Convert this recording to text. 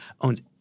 owns